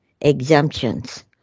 exemptions